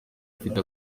ufite